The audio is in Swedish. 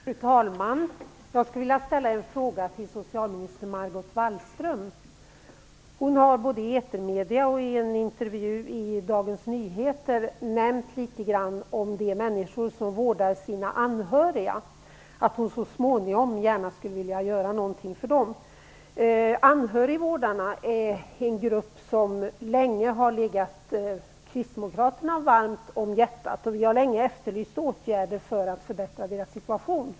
Fru talman! Jag skulle vilja ställa en fråga till socialminister Margot Wallström. Hon har både i etermedier och i en intervju i Dagens Nyheter litet grand nämnt de människor som vårdar sina anhöriga och att hon så småningom skulle vilja göra något för dem. Anhörigvårdarna är en grupp som länge har legat Kristdemokraterna varmt om hjärtat. Vi har länge efterlyst åtgärder för att förbättra deras situation.